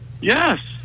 Yes